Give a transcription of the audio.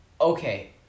Okay